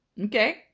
Okay